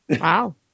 Wow